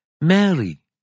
Mary